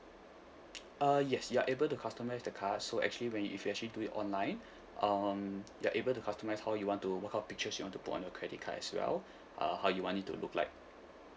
uh yes you are able to customise the card so actually when you if you actually do it online um you're able to customise how you want to what kind of pictures you want to put on your credit card as well uh how you want it to look like